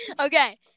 Okay